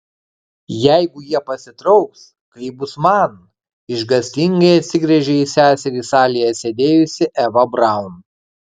jeigu jie pasitrauks kaip bus man išgąstingai atsigręžia į seserį salėje sėdėjusi eva braun